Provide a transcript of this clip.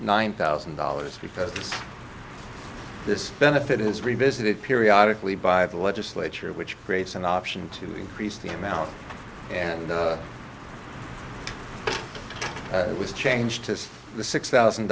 nine thousand dollars because this benefit is revisited periodically by the legislature which creates an option to increase the amount and it was changed to the six thousand